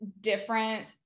different